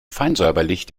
feinsäuberlich